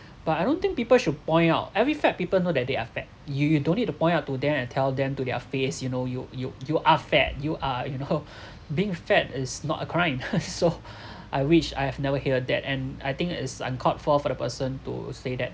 but I don't think people should point out every fat people know that they are fat you you don't need to point out to them and tell them to their face you know you you you are fat you are you know being fat is not a crime so I wish I have never hear that and I think is uncalled for for the person to say that